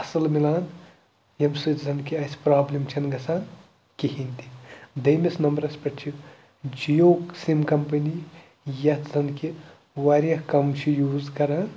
اَصٕل مِلان ییٚمہِ سۭتۍ زَنہٕ کہِ اَسہِ پرٛابلِم چھِنہٕ گژھان کِہیٖنۍ تہِ دٔیمِس نمبرَس پٮ۪ٹھ چھِ جِیو سِم کَمپٔنی یِتھ زَن کہِ واریاہ کَم چھِ یوٗز کَران